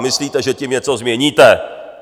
Myslíte, že tím něco změníte?